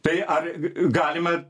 tai ar galima